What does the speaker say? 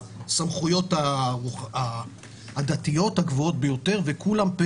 הסמכויות הדתיות הגבוהות ביותר וכולם פה